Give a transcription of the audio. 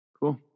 Cool